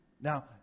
Now